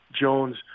Jones